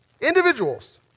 Individuals